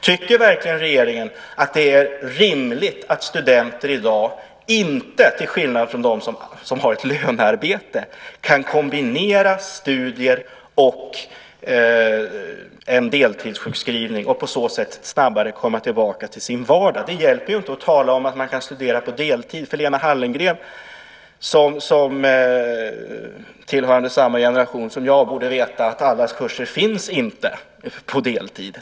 Tycker verkligen regeringen att det är rimligt att studenter - till skillnad från dem som har ett lönearbete - i dag inte kan kombinera studier med en deltidssjukskrivning och på så sätt snabbare komma tillbaka till sin vardag? Det hjälper inte att tala om att man kan studera på deltid. Lena Hallengren borde, som tillhörande samma generation som jag, veta att alla kurser inte finns på deltid.